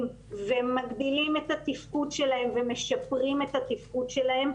ומגדילים את התפקוד שלהם ומשפרים את התפקוד שלהם,